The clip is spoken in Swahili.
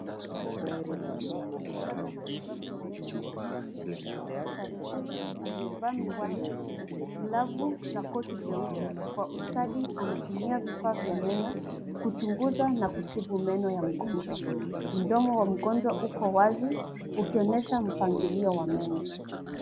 Daktari wa meno akifanya matibabu ya meno kwa mgonjwa. Daktari huyu aliyevaa miwani, glavu, na koti jeupe, kwa ustadi anatumia vifaa vya meno kuchunguza na kutibu meno ya mgonjwa. Mdomo wa mgonjwa uko wazi ukionesha mpangilio wa meno.